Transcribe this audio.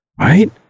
Right